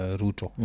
ruto